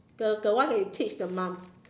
the the one that you teach the mum